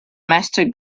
master